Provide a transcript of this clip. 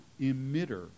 emitter